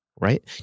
right